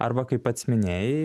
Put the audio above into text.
arba kaip pats minėjai